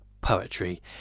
poetry